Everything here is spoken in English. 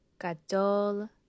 Gadol